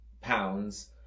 pounds